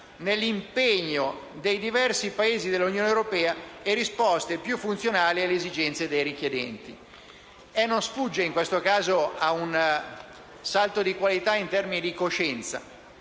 nell'impegno dei diversi Paesi dell'Unione europea e risposte più funzionali alle esigenze dei richiedenti. Non sfugge in questo caso un salto di qualità in termini di coscienza.